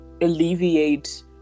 alleviate